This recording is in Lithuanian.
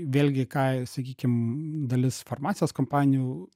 vėlgi ką sakykim dalis farmacijos kompanijų